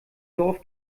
dorf